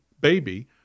baby